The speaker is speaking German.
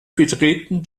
betreten